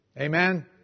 Amen